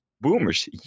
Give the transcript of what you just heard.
boomers